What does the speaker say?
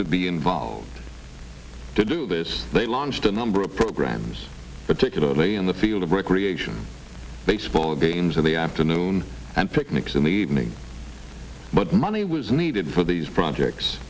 to be involved to do this they launched a number of programs particularly in the field of recreation baseball games in the afternoon and picnics in the evening but money was needed for these projects